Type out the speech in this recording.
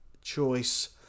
choice